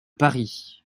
paris